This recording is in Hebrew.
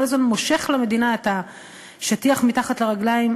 כל הזמן מושך למדינה את השטיח מתחת לרגליים,